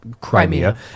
Crimea